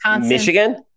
Michigan